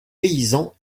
paysans